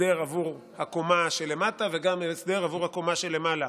הסדר עבור הקומה שלמטה וגם הסדר עבור הקומה שלמעלה.